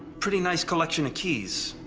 pretty nice collection of keys.